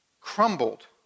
crumbled